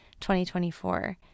2024